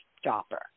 stopper